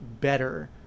better